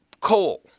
coal